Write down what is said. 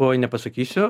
oi nepasakysiu